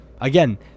Again